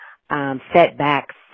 setbacks